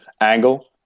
angle